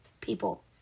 people